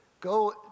go